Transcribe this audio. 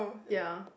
ya